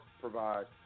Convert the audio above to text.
provide